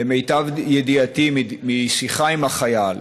למיטב ידיעתי, משיחה עם החייל,